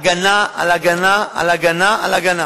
הגנה על הגנה על הגנה על הגנה.